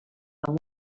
amb